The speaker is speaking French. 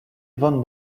von